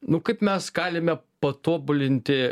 nu kaip mes galime patobulinti